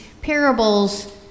parables